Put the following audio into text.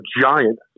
giant